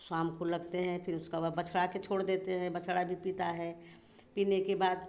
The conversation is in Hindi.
शाम को लगते हैं फिर उसका बछड़ा के छोड़ देते हैं बछड़ा भी पीता है पीने के बाद